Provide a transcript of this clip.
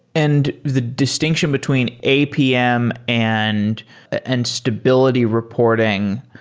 and the distinction between apm and and stability reporting.